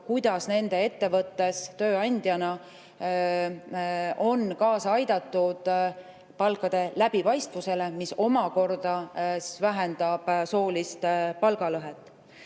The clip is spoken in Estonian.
kuidas nende ettevõttes on kaasa aidatud palkade läbipaistvusele, mis omakorda vähendab soolist palgalõhet.